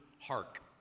hark